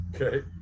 Okay